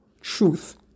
truth